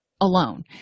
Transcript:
alone